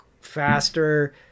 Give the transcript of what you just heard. faster